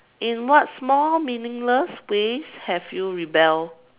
in what small meaningless ways have you rebelled